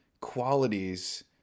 qualities